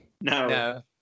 No